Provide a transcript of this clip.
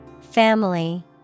Family